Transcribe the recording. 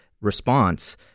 response